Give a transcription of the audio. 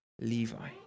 Levi